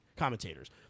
commentators